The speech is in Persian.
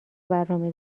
برنامه